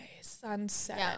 Sunset